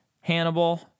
Hannibal